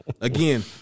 again